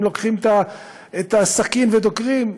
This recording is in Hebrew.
הם לוקחים את הסכין ודוקרים,